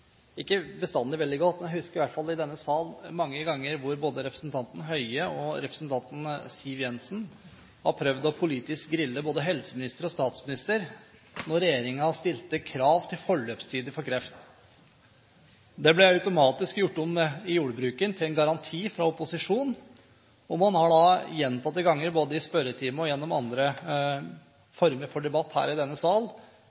ikke bestandig veldig godt, men jeg husker i hvert fall at både representanten Bent Høie og representanten Siv Jensen i denne sal mange ganger har prøvd å grille politisk både helseminister og statsminister når regjeringen har stilt krav til forløpstider for kreft. Det ble automatisk gjort om i ordbruken – til en garanti fra opposisjonen. Man har gjentatte ganger, både i spørretime og i andre